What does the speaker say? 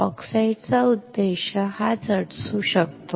ऑक्साईडचा उद्देश हाच असू शकतो